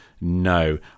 No